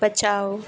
बचाओ